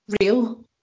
real